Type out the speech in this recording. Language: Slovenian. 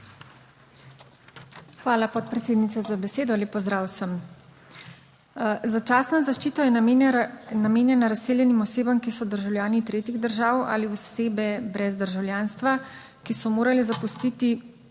Hvala podpredsednica za besedo. Lep pozdrav vsem! Začasna zaščita je namenjena razseljenim osebam, ki so državljani tretjih držav ali osebe brez državljanstva, ki so morale zapustiti